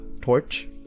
torch